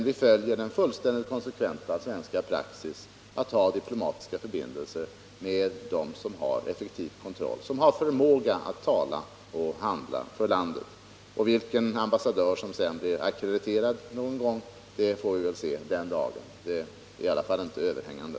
Vi följer den fullständigt konsekventa svenska praxisen att ha diplomatiska förbindelser med dem som har effektiv kontroll och som har förmåga att tala och handla för landet. Vilken ambassadör som någon gång blir ackrediterad får vi se den dagen, frågan är i varje fall inte överhängande.